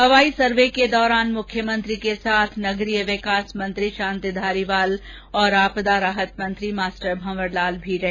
हवाई सर्वे के दौरान मुख्यमंत्री के साथ नगरीय विकास मंत्री शांति धारीवाल और आपदा राहत मंत्री मास्टर भंवरलाल भी साथ रहे